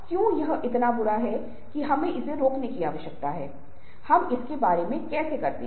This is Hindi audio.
तो अंगूठे और उनके भीतर की उंगली वे एक अंडा धारण कर रहे हैं और अंडे के बाहर एक सुंदर नार्सिसस फूल उभर रहा है